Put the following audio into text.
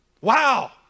Wow